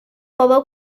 بابا